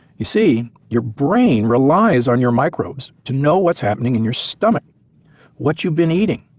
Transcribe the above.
you see, your brain relies on your microbes to know what's happening in your stomach what you've been eating,